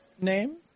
name